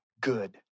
good